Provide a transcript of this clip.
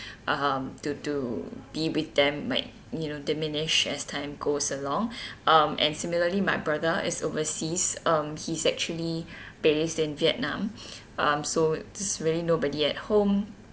um to to be with them might you know diminish as time goes along um and similarly my brother is overseas um he is actually based in vietnam um so it's really nobody at home